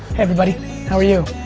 everybody. how are you?